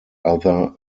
other